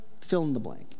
fill-in-the-blank